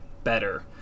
better